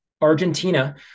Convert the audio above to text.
Argentina